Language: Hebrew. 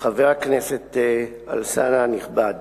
חבר הכנסת אלסאנע הנכבד,